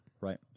Right